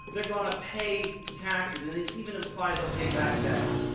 they're going to pay taxes and it's even implied they'll pay back taxes.